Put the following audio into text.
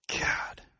God